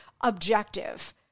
objective